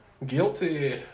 Guilty